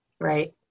Right